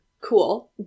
Cool